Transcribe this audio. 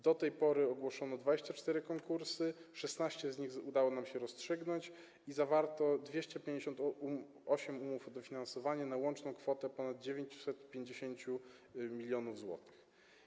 Do tej pory ogłoszono 24 konkursy, 16 z nich udało nam się rozstrzygnąć i zawarto 258 umów o dofinansowanie na łączną kwotę ponad 950 mln zł.